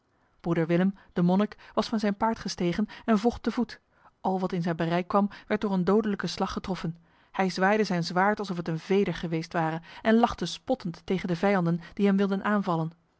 broeder willem de monnik was van zijn paard gestegen en vocht te voet al wat in zijn bereik kwam werd door een dodelijke slag getroffen hij zwaaide zijn zwaard alsof het een veder geweest ware en lachte spottend tegen de vijanden die hem wilden aanvallen